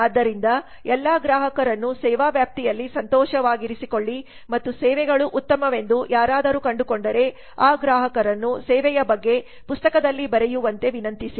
ಆದ್ದರಿಂದ ಎಲ್ಲಾ ಗ್ರಾಹಕರನ್ನು ಸೇವಾ ವ್ಯಾಪ್ತಿಯಲ್ಲಿ ಸಂತೋಷವಾಗಿರಿಸಿಕೊಳ್ಳಿ ಮತ್ತು ಸೇವೆಗಳು ಉತ್ತಮವೆಂದು ಯಾರಾದರೂ ಕಂಡುಕೊಂಡರೆ ಆ ಗ್ರಾಹಕರನ್ನು ಸೇವೆಯ ಬಗ್ಗೆ ಪುಸ್ತಕದಲ್ಲಿ ಬರೆಯುವಂತೆ ವಿನಂತಿಸಿ